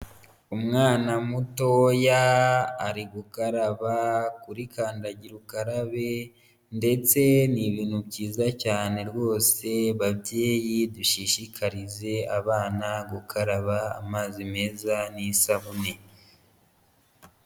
Umwana mutoya ari gukaraba kuri kandagira ukarabe ndetse ni ibintu byiza cyane rwose, babyeyi dushishikarize abana gukaraba amazi meza n'isabune.